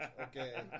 Okay